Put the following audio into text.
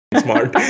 smart